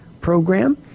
Program